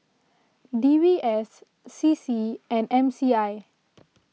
D B S C C and M C I